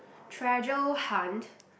treasure hunt